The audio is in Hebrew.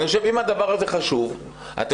אני